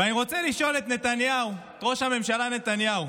ואני רוצה לשאול את ראש הממשלה נתניהו: